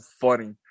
funny